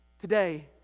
today